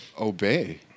obey